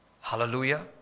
Hallelujah